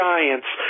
Giants